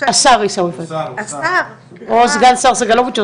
השר עיסאווי פריג' או סגן השר סגלוביץ'.